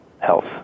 health